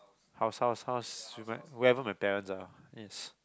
house house house whe~ wherever my parents are